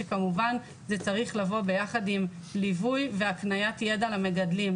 שכמובן זה צריך לבוא ביחד עם ליווי והקניית ידע למגדלים,